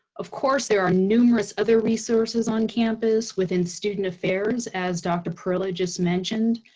of course, there are numerous other resources on campus within student affairs, as dr. perillo just mentioned,